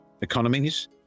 economies